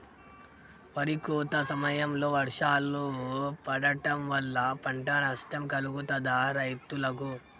వరి కోత సమయంలో వర్షాలు పడటం వల్ల పంట నష్టం కలుగుతదా రైతులకు?